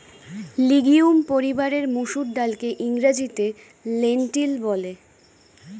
legume পরিবারের মুসুর ডালকে ইংরেজিতে লেন্টিল বলে